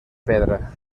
pedra